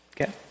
Okay